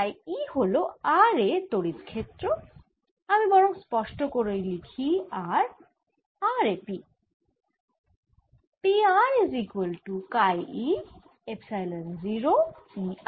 তাই E হল r এ তড়িৎ ক্ষেত্র আমি বরং স্পষ্ট করেই লিখি - r r এ P